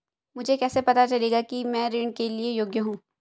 मुझे कैसे पता चलेगा कि मैं ऋण के लिए योग्य हूँ?